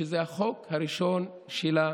שזה החוק הראשון שלה,